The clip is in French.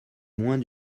moins